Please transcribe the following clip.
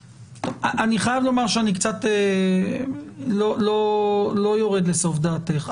אני חייב לומר שאני קצת לא יורד לסוף דעתך.